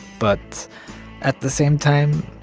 but at the same time,